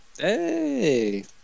Hey